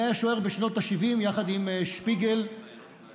מי היה השוער בשנות השבעים יחד עם שפיגל וטלבי?